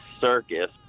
circus